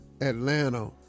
Atlanta